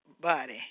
body